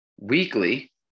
weekly